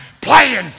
playing